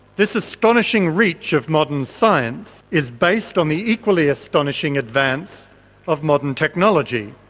this astonishing reach of modern science is based on the equally astonishing advance of modern technology.